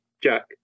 jack